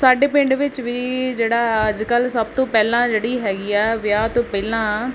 ਸਾਡੇ ਪਿੰਡ ਵਿੱਚ ਵੀ ਜਿਹੜਾ ਅੱਜ ਕੱਲ੍ਹ ਸਭ ਤੋਂ ਪਹਿਲਾਂ ਜਿਹੜੀ ਹੈਗੀ ਆ ਵਿਆਹ ਤੋਂ ਪਹਿਲਾਂ